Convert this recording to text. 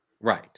Right